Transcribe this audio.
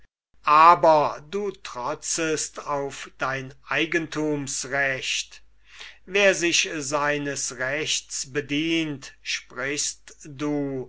aber du trotzest auf dein eigentumsrecht wer sich seines rechts bedient sprichst du